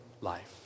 life